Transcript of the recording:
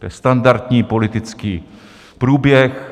To je standardní politický průběh.